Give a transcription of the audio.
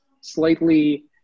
slightly